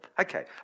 Okay